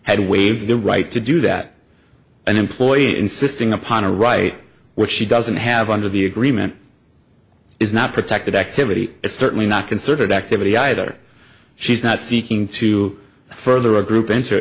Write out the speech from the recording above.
had waived the right to do that an employee insisting upon a right which she doesn't have under the agreement is not protected activity it's certainly not concerted activity either she's not seeking to further a group